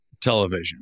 television